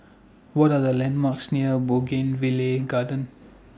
What Are The landmarks near Bougainvillea Garden